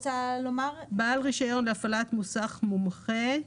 "בעל רישיון להפעלת מוסך מומחה,